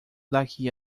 daqui